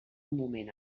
moment